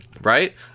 Right